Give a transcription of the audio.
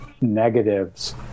negatives